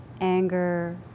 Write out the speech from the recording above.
anger